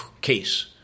case